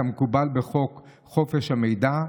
כמקובל בחוק חופש המידע,